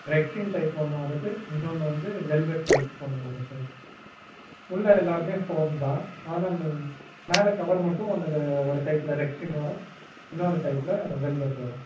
Rexine type ஒன்று வருது இன்னோன்னு வந்து வெல்வெட் டைப் ஒன்று வரும் சார் உள்ளே எல்லாம் ஃபோம் தான் ஆனால் மேலே கவர் மட்டும் ஒன்னு ஒரு டைப்பில் ரெக்சின் வரும் இன்னொரு டைப்பில் வெல்வெட் வரும்